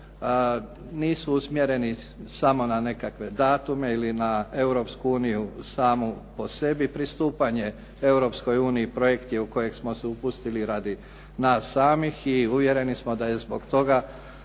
nisu usmjereni sam na nekakve datume ili na Europsku uniju samu po sebi, pristupanje Europskoj uniji projekt je u kojeg smo se upustili radi nas samih i uvjereni smo da je to